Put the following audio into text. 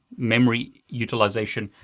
memory utilization,